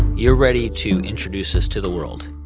you're ready to introduce this to the world.